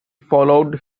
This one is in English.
followed